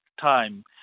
time